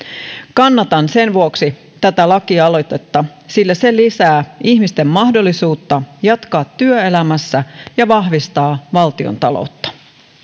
kannatan sen vuoksi tätä lakialoitetta että se lisää ihmisten mahdollisuutta jatkaa työelämässä ja vahvistaa valtiontaloutta